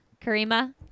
Karima